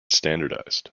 standardized